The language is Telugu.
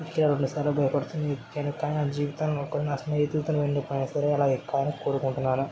కూర్చునే రోడ్లో సరే భయపడుతూనే ఎక్కాను కానీ నా జీవితంలో ఒక స్నేహితుడుతోని వెళ్ళి సరే అలా ఎక్కాలని కోరుకుంటున్నాను